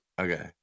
Okay